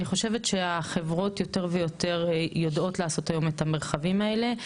אני חושבת שהחברות יותר ויותר יודעות לעשות היום את המרחבים האלה.